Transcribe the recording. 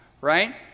right